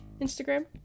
Instagram